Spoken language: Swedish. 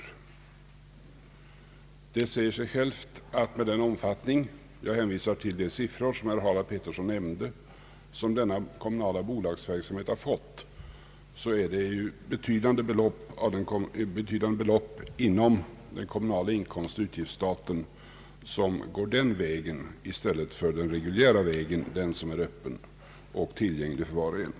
Det säger sig självt att med den omfattning — jag kan hänvisa till de siffror som herr Harald Pettersson nämnde — som denna kommunala bolagsverksamhet har fått är det betydande belopp inom den kommunala inkomstoch utgiftsstaten som går den vägen i stället för inom den reguljära — den som är öppen och tillgänglig för var och en.